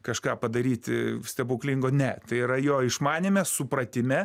kažką padaryti stebuklingo ne tai yra jo išmanyme supratime